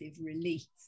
release